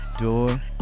door